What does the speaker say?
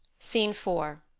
scene four.